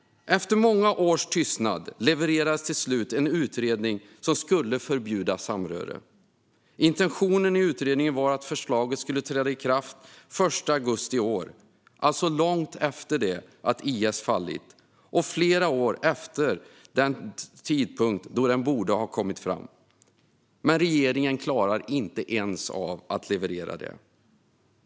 Efter många års tystnad levererades till slut en utredning som skulle förbjuda samröre. Intentionen i utredningen var att förslaget skulle träda i kraft den 1 augusti i år, alltså långt efter det att IS fallit och flera år efter den tidpunkt då utredningen borde ha kommit. Regeringen klarar inte av att leverera ens detta.